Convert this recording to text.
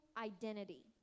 identity